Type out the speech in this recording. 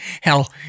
hell